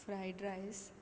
fried rice